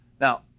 Now